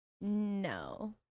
no